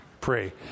pray